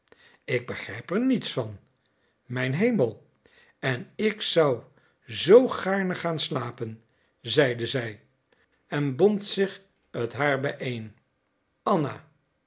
ik begrijp er niets van mijn hemel en ik zou zoo gaarne gaan slapen zeide zij en bond zich het haar bijeen anna